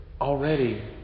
already